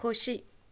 खोशी